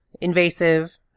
invasive